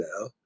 now